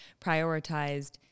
prioritized